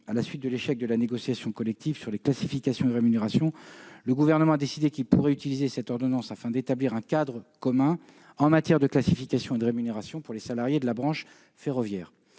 À la suite de l'échec de la négociation collective sur les classifications et rémunérations, le Gouvernement a décidé qu'il pourrait utiliser cette ordonnance afin d'établir un cadre commun en la matière pour les salariés de la branche ferroviaire.